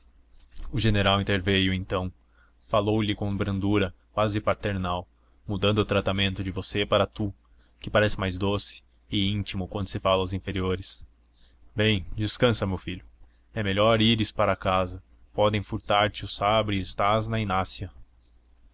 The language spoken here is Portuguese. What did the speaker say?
o general interveio então falou-lhe com brandura quase paternal mudando o tratamento de você para tu que parece mais doce e íntimo quando se fala aos inferiores bem descansa meu filho é melhor ires para casa podem furtar te o sabre e estás na inácia